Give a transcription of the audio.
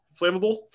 flammable